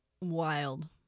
Wild